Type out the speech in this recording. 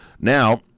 Now